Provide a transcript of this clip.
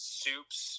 soups